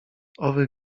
owych